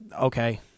okay